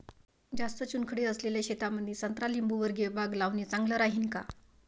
जास्त चुनखडी असलेल्या शेतामंदी संत्रा लिंबूवर्गीय बाग लावणे चांगलं राहिन का?